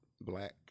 black